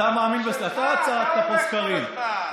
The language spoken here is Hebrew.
לא, שלך, אתה צעקת פה "סקרים".